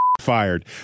fired